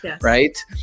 right